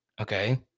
Okay